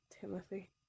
Timothy